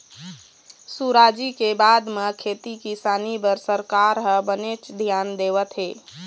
सुराजी के बाद म खेती किसानी बर सरकार ह बनेच धियान देवत हे